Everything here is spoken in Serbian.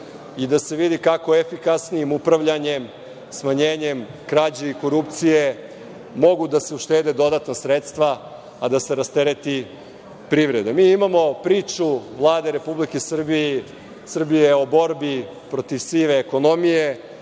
i da se vidi kako efikasnijim upravljanjem, smanjenjem krađe i korupcije, mogu da se uštede dodatna sredstva, a da se rastereti privreda. Mi imamo priču Vlade Republike Srbije o borbi protiv sive ekonomije.